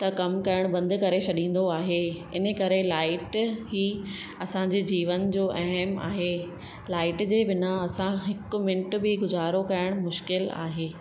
त कम करण बंदि करे छॾींदो आहे इन करे लाइट ई असांजे जीवन जो अहम आहे लाइट जे बिना असां हिकु मिंट बि गुज़ारो करणु मुशकिलु आहे